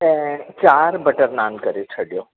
ऐं चारि बटर नान करे छॾियो